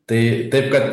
tai taip kad